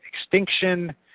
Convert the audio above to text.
extinction